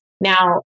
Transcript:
Now